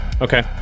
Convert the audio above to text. okay